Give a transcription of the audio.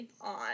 on